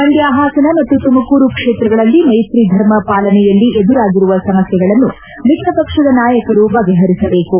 ಮಂಡ್ಹ ಹಾಸನ ಮತ್ತು ತುಮಕೂರು ಕ್ಷೇತ್ರಗಳಲ್ಲಿ ಮೈತ್ರಿ ಧರ್ಮ ಪಾಲನೆಯಲ್ಲಿ ಎದುರಾಗಿರುವ ಸಮಸ್ಟೆಗಳನ್ನು ಮಿತ್ರ ಪಕ್ಷದ ನಾಯಕರು ಬಗೆಹರಿಸಬೇಕು